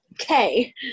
Okay